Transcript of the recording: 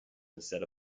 instead